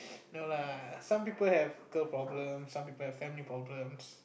no lah some people have girl problem some people have family problems